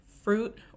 fruit